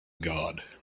god